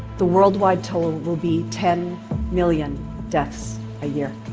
the worldwide toll will be ten million deaths a year.